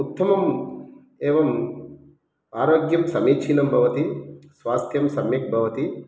उत्तमम् एवम् आरोग्यं समीचीनं भवति स्वास्थ्यं सम्यक् भवति